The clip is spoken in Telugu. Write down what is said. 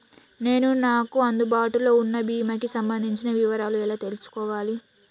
నేను నాకు అందుబాటులో ఉన్న బీమా కి సంబంధించిన వివరాలు ఎలా తెలుసుకోవాలి?